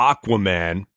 Aquaman